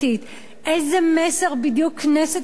איזה מסר בדיוק כנסת ישראל,